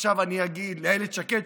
עכשיו אני אגיד לאילת שקד,